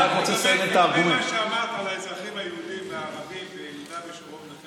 לגבי מה שאמרת על האזרחים היהודים והערבים ביהודה ושומרון.